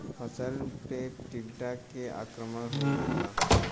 फसल पे टीडा के आक्रमण हो गइल बा?